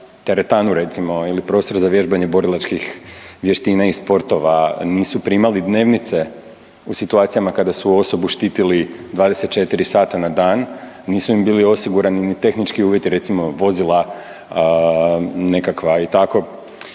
teretanu recimo ili prostor za vježbanje borilačkih vještina i sportova, nisu primali dnevnice u situacijama kada su osobu štitili 24 sata na dan, nisu im bili osigurani ni tehnički uvjeti, recimo vozila nekakva i tako.